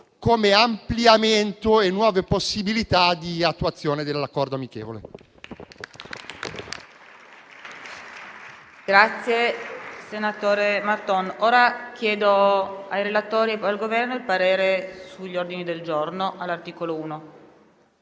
come ampliamento e nuove possibilità di attuazione dell'accordo amichevole.